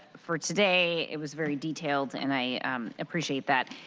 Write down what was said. for today. it was very detailed, and i appreciate that.